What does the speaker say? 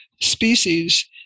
species